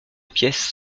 pièce